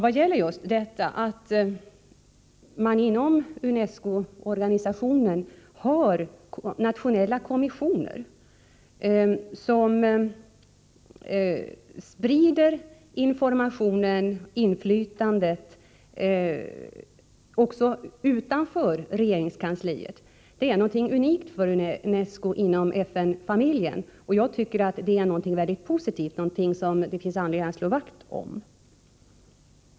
39 Att man har nationella kommissioner som sprider informationen och inflytandet också utanför regeringskansliet är inom FN-familjen unikt för UNESCO. Jag tycker att det är någonting mycket positivt, någonting som det finns anledning att slå vakt om.